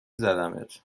زدمت